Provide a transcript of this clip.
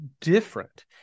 different